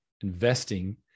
investing